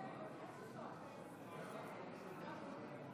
ההצעה לא עברה.